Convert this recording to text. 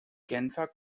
genfer